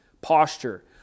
posture